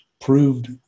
proved